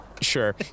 sure